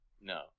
No